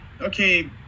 okay